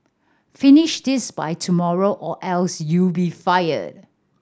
finish this by tomorrow or else you'll be fired